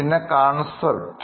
പിന്നെ concept